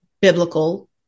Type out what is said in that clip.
biblical